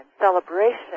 celebration